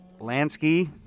Lansky